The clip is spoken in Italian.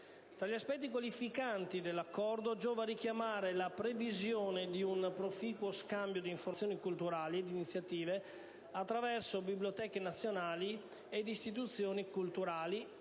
Tra gli aspetti qualificanti dell'Accordo giova richiamare la previsione di un proficuo scambio di informazioni culturali ed iniziative attraverso biblioteche nazionali ed istituzioni culturali